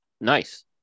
Nice